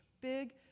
Big